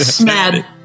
mad